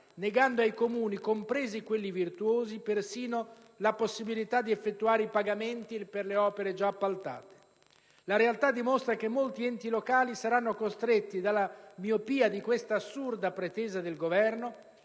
negando ai Comuni, compresi quelli virtuosi, persino la possibilità di effettuare i pagamenti per le opere già appaltate. La realtà dimostra che molti enti locali saranno costretti, dalla miopia di questa assurda pretesa del Governo,